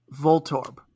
Voltorb